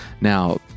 Now